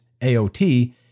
AOT